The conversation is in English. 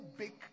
big